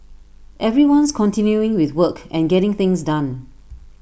everyone's continuing with work and getting things done